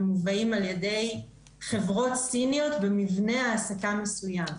ומובאים על ידי חברות סיניות במבנה העסקה מסויים.